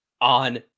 on